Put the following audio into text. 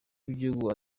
w’igihugu